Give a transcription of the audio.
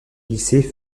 lycée